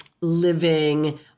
living